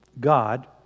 God